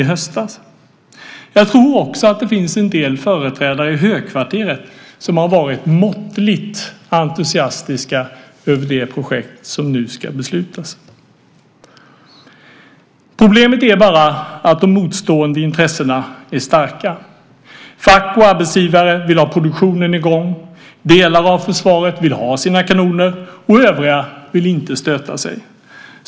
Jag tror att det också finns en del företrädare i högkvarteret som har varit måttligt entusiastiska över det projekt som nu ska beslutas. Problemet är bara att motstående intressen är starka. Fack och arbetsgivare vill ha produktionen i gång. Delar av försvaret vill ha sina kanoner, och övriga vill inte stöta sig.